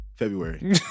february